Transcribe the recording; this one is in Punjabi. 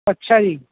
ਅੱਛਾ ਜੀ